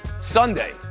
sunday